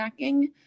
snacking